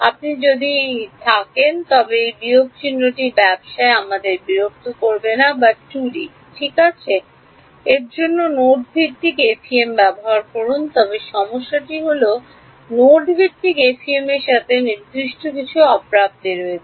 আপনি যদি থাকেন তবে এই বিয়োগ চিহ্নটি ব্যবসায় আমাদের বিরক্ত করে না 2 ডি ঠিক আছে এর জন্য নোড ভিত্তিক এফইএম করুন তবে সমস্যাটি হল নোড ভিত্তিক এফএম র সাথে নির্দিষ্ট কিছু অপ্রাপ্তি রয়েছে